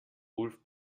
ulf